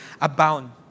abound